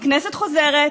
הכנסת חוזרת,